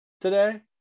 today